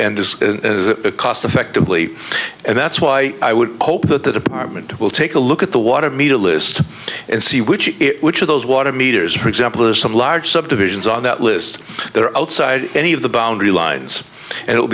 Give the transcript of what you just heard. and does cost effectively and that's why i would hope that the department will take a look at the water meter list and see which it which of those water meters for example or some large subdivisions on that list are outside any of the boundary lines and it